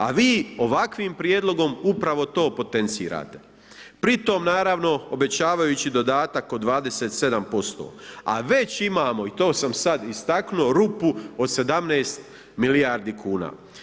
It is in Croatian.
A vi ovakvim prijedlogom upravo to potencirate pritom naravno obećavajući dodatak od 27% a već imamo, i to sam sad istaknuo, rupu od 17 milijardi kuna.